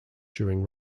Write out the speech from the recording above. during